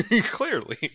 clearly